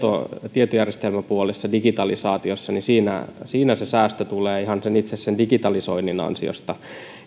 tietojärjestelmäpuolessa digitalisaatiossa se säästö tulee ihan itse sen digitalisoinnin ansiosta